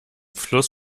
fluss